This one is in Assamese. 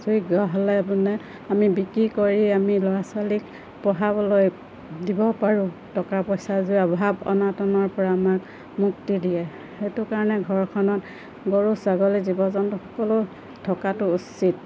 যোগ্য হ'লে বোলে আমি বিক্ৰী কৰি আমি ল'ৰা ছোৱালীক পঢ়াবলৈ দিব পাৰোঁ টকা পইচা যদি অভাৱ অনাটনৰ পৰা আমাক মুক্তি দিয়ে সেইটো কাৰণে ঘৰখনত গৰু ছাগলী জীৱ জন্তু সকলো থকাটো উচিত